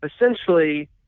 essentially